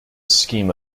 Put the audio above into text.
scheme